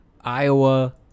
Iowa